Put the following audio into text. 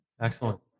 Excellent